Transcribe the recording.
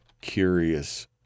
curious